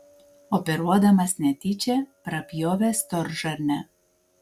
operuodamas netyčia prapjovė storžarnę